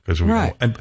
Right